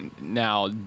now